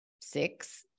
six